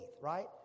right